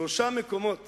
שלושה מקומות